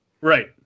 Right